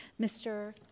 mr